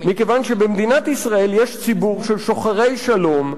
מכיוון שבמדינת ישראל יש ציבור של שוחרי שלום,